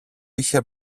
είχε